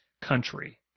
country